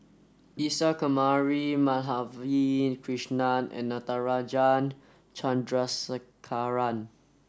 Isa Kamari Madhavi Krishnan and Natarajan Chandrasekaran